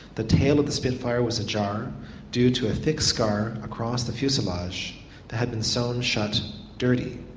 the tail of the spitfire was ajar due to a thick scar across the fuselage that had been sewn shut dirty,